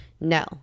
No